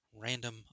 random